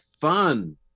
fun